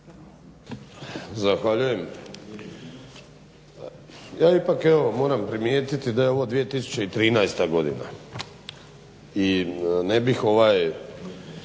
Zahvaljujem. Ja ipak, evo moram primijetiti da je ovo 2013. godina i ne bih ovaj,